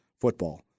football